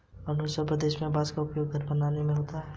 अरुणाचल प्रदेश में बांस का उपयोग घर बनाने में होता है